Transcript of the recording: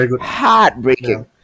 heartbreaking